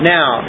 Now